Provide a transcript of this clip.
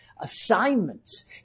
assignments